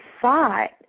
thought